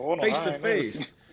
Face-to-face